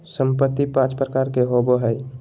संपत्ति पांच प्रकार के होबो हइ